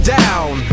down